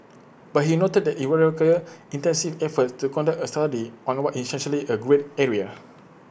but he noted IT would require extensive efforts to conduct A study on what is essentially A grey area